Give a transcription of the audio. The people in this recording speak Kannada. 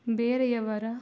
ಬೇರೆಯವರ